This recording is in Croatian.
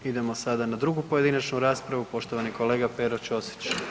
Idemo sada na drugu pojedinačnu raspravu, poštovani kolega Pero Ćosić.